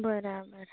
બરાબર